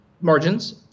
Margins